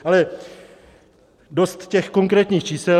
Ale dost těch konkrétních čísel.